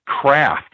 craft